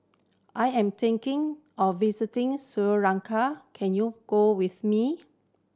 I am thinking of visiting Sri Lanka can you go with me